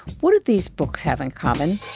what do these books have in common